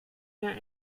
der